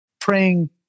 praying